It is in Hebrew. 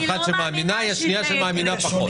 יש אחת שאמינה והשנייה מאמינה פחות.